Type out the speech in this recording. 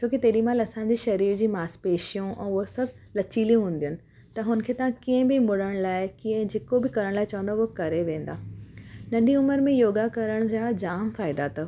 छोकी तेॾीमहिल असांजी शरीर जी मासपेशियूं ऐं उहे सभु लचीलियूं हूंदियूं आहिनि त हुनखे तव्हां कीअं बि मुड़ण लाइ कीअं जेको बि करण लाइ चवंदा उहो करे वेंदा नंढी उमिरि में योगा करण जा जाम फ़ाइदा अथव